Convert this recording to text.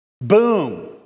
boom